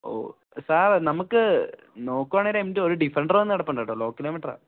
ഓ sir നമുക്ക് നോക്കുകയാണെങ്കില് ഒരു എം ടു ഒരു ഡിഫൻഡർ വന്ന് കിടപ്പുണ്ട് കേട്ടോ ലോ കിലോമീറ്ററാണ്